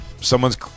Someone's